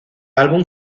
álbum